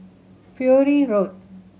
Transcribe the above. Bury Road